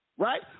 Right